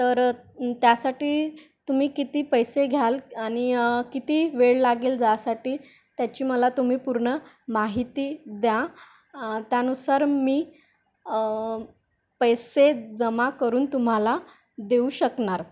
तर त्यासाठी तुम्ही किती पैसे घ्याल आणि किती वेळ लागेल जासाठी त्याची मला तुम्ही पूर्ण माहिती द्या त्यानुसार मी पैसे जमा करून तुम्हाला देऊ शकणार